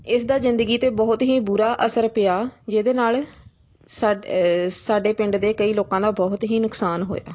ਇਸ ਦਾ ਜ਼ਿੰਦਗੀ 'ਤੇ ਬਹੁਤ ਹੀ ਬੁਰਾ ਅਸਰ ਪਿਆ ਜਿਹਦੇ ਨਾਲ ਸਾਡੇ ਸਾਡੇ ਪਿੰਡ ਦੇ ਕਈ ਲੋਕਾਂ ਦਾ ਬਹੁਤ ਹੀ ਨੁਕਸਾਨ ਹੋਇਆ